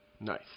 Nice